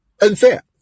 unfair